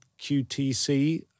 QTC